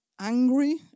angry